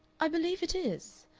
i believe it is.